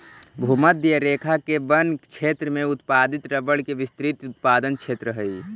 भूमध्य रेखा के वन क्षेत्र में उत्पादित रबर के विस्तृत उत्पादन क्षेत्र हइ